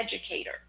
educator